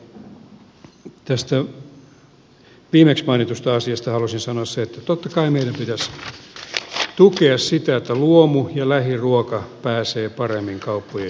mutta tästä viimeksi mainitusta asiasta haluaisin sanoa sen että totta kai meidän pitäisi tukea sitä että luomu ja lähiruoka pääsevät paremmin kauppojen hyllyille kuin nyt